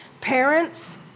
Parents